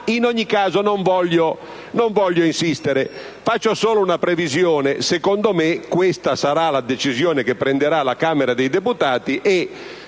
In ogni caso non voglio insistere; faccio solo una previsione: secondo me, questa sarà la decisione che prenderà la Camera dei deputati e,